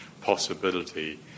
possibility